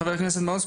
חבר הכנסת מעוז,